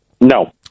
No